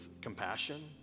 compassion